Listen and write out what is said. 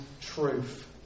truth